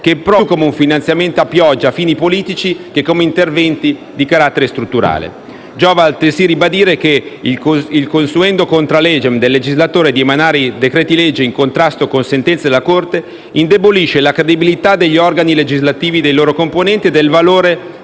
più come un finanziamento a pioggia a fini politici che come interventi di carattere strutturale. Giova, altresì, ribadire che la *consuetudo contra legem* del legislatore di emanare decreti-legge in contrasto con sentenze della Corte indebolisce la credibilità degli organi legislativi, dei loro componenti e del valore